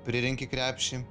prirenki krepšį